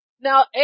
Now